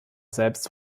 selbst